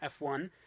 F1